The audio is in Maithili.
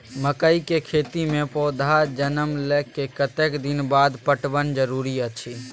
मकई के खेती मे पौधा जनमला के कतेक दिन बाद पटवन जरूरी अछि?